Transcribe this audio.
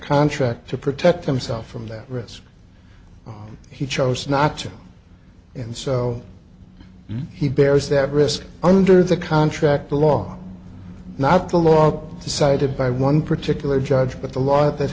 contract to protect himself from that risk he chose not to and so he bears that risk under the contract law not the log decided by one particular judge but the law that